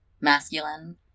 masculine